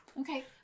Okay